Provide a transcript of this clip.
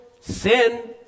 sin